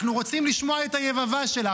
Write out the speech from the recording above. אנחנו רוצים לשמוע את היבבה שלה.